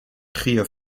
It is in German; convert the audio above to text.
trier